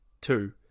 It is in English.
Two